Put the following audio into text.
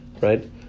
Right